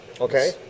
Okay